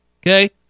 okay